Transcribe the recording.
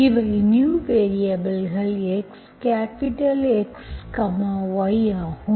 இவை நியூ வேரியபல்கள் x capital X Y ஆகும்